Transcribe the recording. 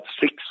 six